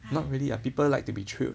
!hais!